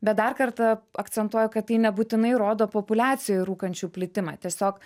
bet dar kartą akcentuoju kad tai nebūtinai rodo populiacijoj rūkančių plitimą tiesiog